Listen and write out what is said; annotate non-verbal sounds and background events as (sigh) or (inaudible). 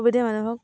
(unintelligible) মানুহক